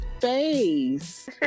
face